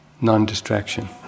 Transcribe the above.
non-distraction